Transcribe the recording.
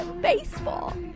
baseball